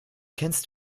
kennst